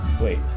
Wait